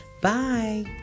Bye